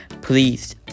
Please